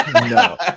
No